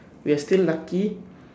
we are still lucky